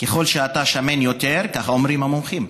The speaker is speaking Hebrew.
ככל שאתה שמן יותר, כך אומרים המומחים,